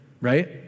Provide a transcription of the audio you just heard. right